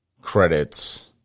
Credits